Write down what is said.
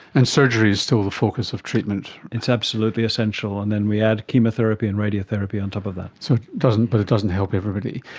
and surgery is still the focus of treatment. it's absolutely essential, and then we add chemotherapy and radiotherapy on top of that. so but it doesn't help everybody.